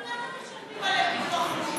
גם ככה משלמים להם ביטוח לאומי.